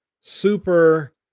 super